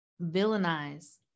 villainize